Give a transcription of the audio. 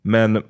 Men